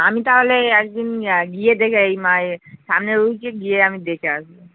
আমি তাহলে এক দিন গিয়ে দেখে এই মা এ সামনের উইকে গিয়ে আমি দেখে আসবো